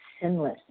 sinless